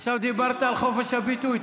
עכשיו דיברת על חופש הביטוי.